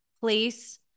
place